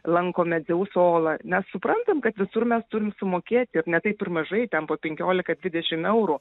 lankome dzeuso olą mes suprantam kad visur mes turim sumokėti ir ne taip ir mažai ten po penkiolika dvidešim eurų